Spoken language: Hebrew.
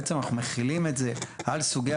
בעצם אנחנו מחילים את זה על סוגי